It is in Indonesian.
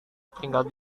tinggal